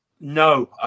No